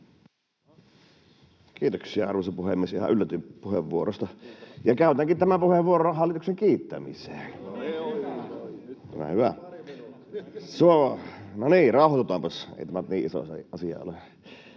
Kiitoksia, arvoisa puhemies! Ihan yllätyin puheenvuorosta. Ja käytänkin tämän puheenvuoron hallituksen kiittämiseen. [Välihuutoja — Naurua] — Ole hyvä. No niin, rauhoitutaanpas, ei tämä nyt niin iso asia ole.